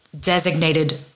designated